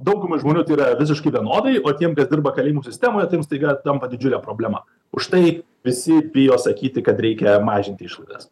daugumai žmonių tai yra visiškai vienodai o tiem kas dirba kalėjimų sistemoje taip jiem staiga tampa didžiulė problema užtai visi bijo sakyti kad reikia mažinti išlaidas